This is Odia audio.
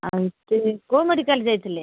ପାଞ୍ଚଦିନ କେଉଁ ମେଡ଼ିକାଲ୍ ଯାଇଥିଲେ